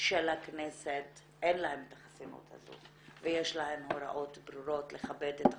של הכנסת אין את החסינות הזאת ויש להם הוראות ברורות לכבד את החוק.